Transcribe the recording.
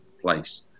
place